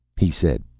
he said